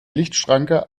lichtschranke